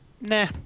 nah